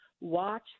Watch